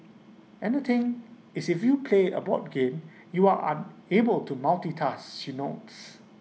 and the thing is if you play A board game you are unable to multitask she notes